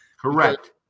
Correct